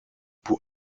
pour